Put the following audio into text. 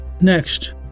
Next